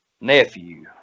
nephew